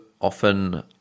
often